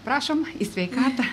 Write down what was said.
prašom į sveikatą